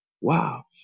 wow